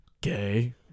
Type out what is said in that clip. gay